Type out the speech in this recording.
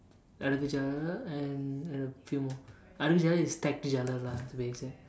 adukku jaalar and and a few more adukku jaalar is stacked jaalar lah to be exact